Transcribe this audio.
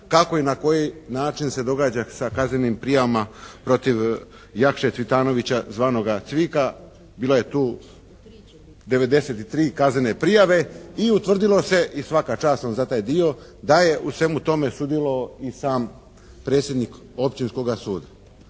kako i na koji način se događa sa kaznenim prijavama protiv Jakše Cvitanovića zvanoga Cvika. Bilo je tu 93 kaznene prijave i utvrdilo se i svaka čast vam za taj dio da je u svemu tome sudjelovao i sam predsjednik Općinskoga suda.